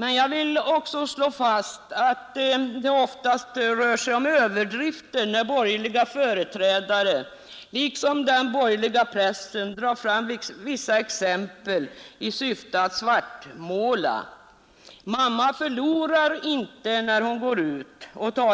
Men jag vill också slå fast att det oftast rör sig om överdrifter när borgerliga företrädare, liksom den borgerliga pressen, drar fram vissa exempel i syfte att svartmåla. Mamma förlorar inte på att gå ut